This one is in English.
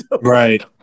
right